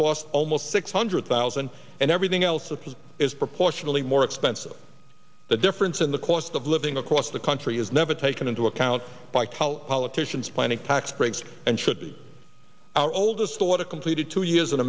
cost almost six hundred thousand and everything else of his is proportionally more expensive the difference in the cost of living across the country is never taken into account by tell politicians planning tax breaks and should be our oldest daughter completed two years in